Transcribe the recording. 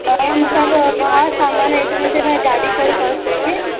ಹಾಂ ಮತ್ತು ಅದು ಭಾಳ ಸಾಮಾನು ಐತ್ರಿ ಅದೇನ ಗಾಡಿ ಕೊಡು ಕಳ್ಸ್ತೆ ರೀ